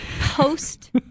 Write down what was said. post